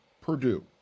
Purdue